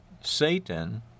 Satan